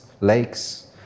lakes